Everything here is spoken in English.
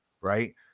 right